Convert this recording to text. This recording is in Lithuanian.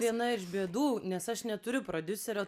viena iš bėdų nes aš neturiu prodiuserio